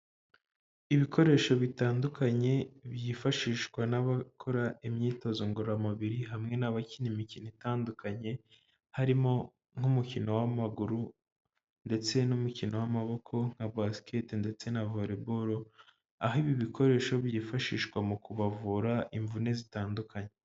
Ibikoresho bitandukanye, byifashishwa n'abakora imyitozo ngororamubiri hamwe n'abakina imikino itandukanye, harimo nk'umukino w'amaguru ndetse n'umukino w'amaboko nka basikete ndetse na vore baro, aho ibi bikoresho byifashishwa mu kubavura imvune zitandukanye.